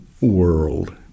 world